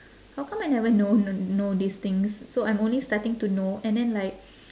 how come I never know know these things so I'm only starting to know and then like